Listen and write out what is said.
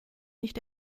nicht